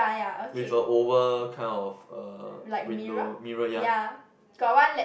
with a over kind of uh window mirror ya